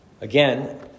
Again